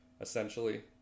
essentially